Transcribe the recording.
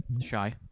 shy